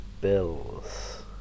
Bills